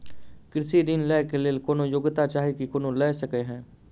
कृषि ऋण लय केँ लेल कोनों योग्यता चाहि की कोनो लय सकै है?